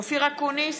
אופיר אקוניס,